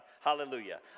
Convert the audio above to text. Hallelujah